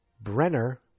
Brenner